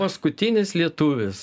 paskutinis lietuvis